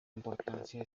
importancia